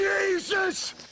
Jesus